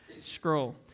Scroll